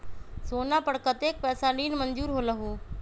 सोना पर कतेक पैसा ऋण मंजूर होलहु?